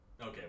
Okay